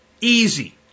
easy